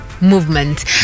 movement